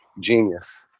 genius